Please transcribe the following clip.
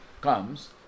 Comes